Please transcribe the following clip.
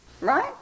right